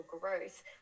growth